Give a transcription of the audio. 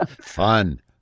Fun